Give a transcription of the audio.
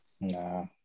Nah